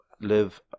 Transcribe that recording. live